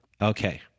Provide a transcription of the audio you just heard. Okay